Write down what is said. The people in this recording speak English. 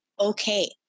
okay